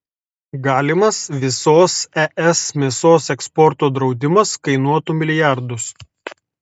galimas visos es mėsos eksporto draudimas kainuotų milijardus